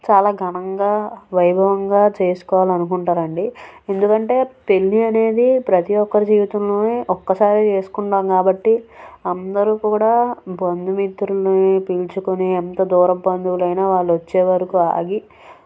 చాలా ఘనంగా వైభవంగా చేసుకోవాలనుకుంటారండి ఎందుకంటే పెళ్లి అనేది ప్రతి ఒక్కరు జీవితంలోను ఒక్కసారే చేసుకుంటాం కాబట్టి అందరూ కూడా బంధుమిత్రులు పీల్చుకొని ఎంత దూరం బంధువులైన వాళ్ళు వచ్చేవరకు ఆగి